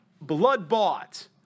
blood-bought